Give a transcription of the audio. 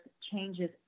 changes